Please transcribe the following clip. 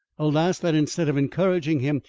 alas, that instead of encouraging him,